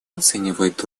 оценивает